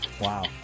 Wow